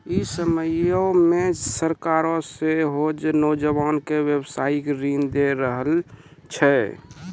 इ समयो मे सरकारें सेहो नौजवानो के व्यवसायिक ऋण दै रहलो छै